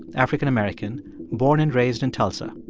african-american, born and raised in tulsa.